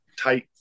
tight